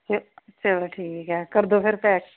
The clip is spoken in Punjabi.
ਅਤੇ ਚਲੋ ਠੀਕ ਹੈ ਕਰਦੋ ਫਿਰ ਪੈਕ